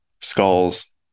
skulls